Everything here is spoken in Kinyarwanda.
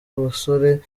basore